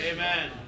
Amen